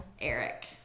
Eric